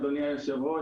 אדוני היושב-ראש,